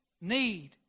need